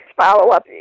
follow-up